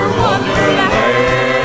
wonderland